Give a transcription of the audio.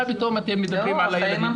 מה פתאום אתם מדברים על הילדים',